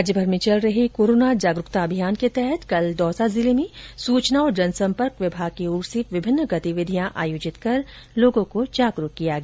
राज्य भर में चल रहे कोरोना जागरूकता अभियान के तहत कल दौसा जिले में सूचना और जनसंपर्क विभाग की ओर से विभिन्न गतिविधियां आयोजित कर लोगों को जागरूक किया गया